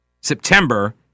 September